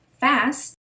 fast